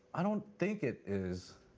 i don't think it is,